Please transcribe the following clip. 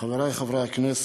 חברי חברי הכנסת,